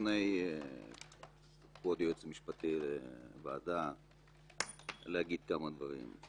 אני רוצה לפני כבוד היועץ המשפטי לוועדה להגיד כמה דברים.